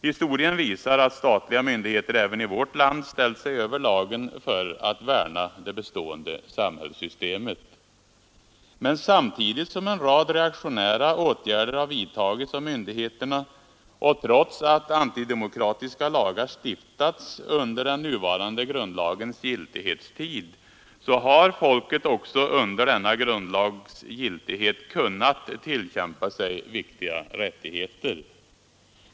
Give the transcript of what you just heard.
Historien visar att statliga myndigheter även i vårt land ställt sig över lagen för att värna det bestående samhällssystemet. Men samtidigt som en rad reaktionära åtgärder har vidtagits av myndigheterna, och trots att antidemokratiska lagar stiftats under den nuvarande grundlagens giltighetstid, så har folket också under denna grundlags giltighet kunnat tillkämpa sig viktiga rättigheter.